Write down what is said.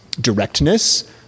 directness